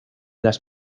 las